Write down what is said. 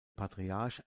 patriarch